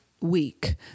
week